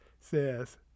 says